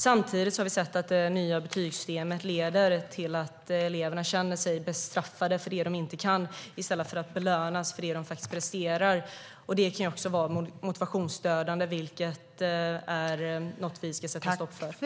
Samtidigt har vi sett att det nya betygssystemet leder till att eleverna känner sig bestraffade för det de inte kan i stället för att belönas för det de presterar. Det kan också vara motivationsdödande, vilket är något vi ska sätta stopp för.